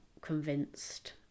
convinced